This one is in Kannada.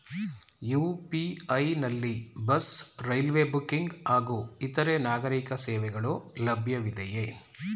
ಯು.ಪಿ.ಐ ನಲ್ಲಿ ಬಸ್, ರೈಲ್ವೆ ಬುಕ್ಕಿಂಗ್ ಹಾಗೂ ಇತರೆ ನಾಗರೀಕ ಸೇವೆಗಳು ಲಭ್ಯವಿದೆಯೇ?